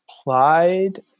applied